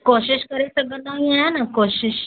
कोशिशि करे सघंदा ई आहियां न कोशिशि